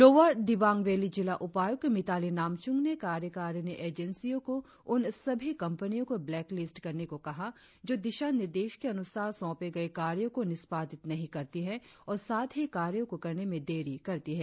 lower Dibang Valley जिला उपायुक्त मिताली नामचूम ने कार्यकारिणी एजेंसियों को उन सभी कंपनियों को ब्लेक लिस्ट करने को कहा जो दिशा निर्देश के अनुसार सौंपे गए कार्यों को निष्पादित नहीं करती है और साथ ही कार्यों को करने में देरी करती है